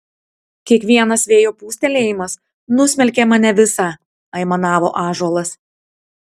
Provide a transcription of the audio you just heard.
kiekvienas vėjo pūstelėjimas nusmelkia mane visą aimanavo ąžuolas